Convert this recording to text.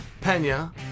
Pena